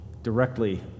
directly